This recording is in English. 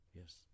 Yes